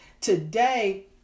Today